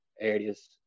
areas